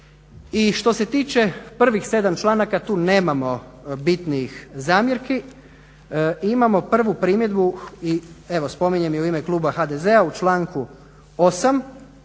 I što se tiče prvih 7 članaka tu nemamo bitnih zamjerki. Imamo prvu primjedbu i evo spominjem je u ime Kluba HDZ-a u članku 8.